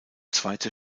zweite